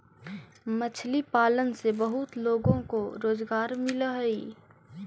मछली पालन से बहुत लोगों को रोजगार मिलअ हई